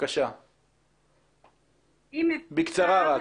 אם אפשר,